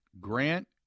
Grant